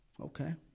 Okay